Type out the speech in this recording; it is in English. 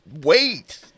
wait